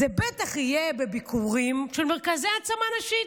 זה בטח יהיה בביקורים במרכזי העצמה נשית.